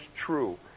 true